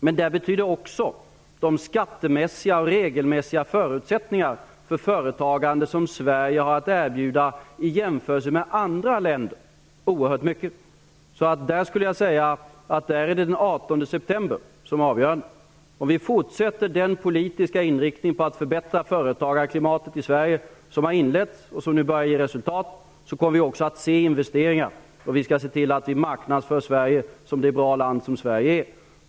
Men där betyder också de skattemässiga och regelmässiga förutsättningar för företagande som Sverige har att erbjuda i jämförelse med andra länder oerhört mycket. Jag skulle vilja säga att där är den 18 september avgörande. Om vi fortsätter med den politiska inriktning på att förbättra företagarklimatet i Sverige som har inletts och som nu börjar ge resulat, kommer vi också att se investeringar. Vi skall se till att vi marknadsför Sverige som ett bra land, som ju Sverige är.